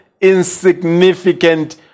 insignificant